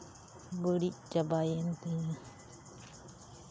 ᱵᱟᱹᱲᱤᱡ ᱪᱟᱵᱟᱭᱮᱱ ᱛᱤᱧᱟᱹ